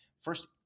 first